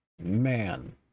Man